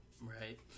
Right